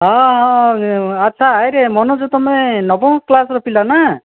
ହଁ ହଁ ଆଚ୍ଛା ହଇରେ ମନୋଜ ତୁମେ ନବମ କ୍ଲାସ୍ର ପିଲା ନା